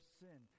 sin